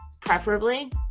preferably